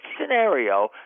scenario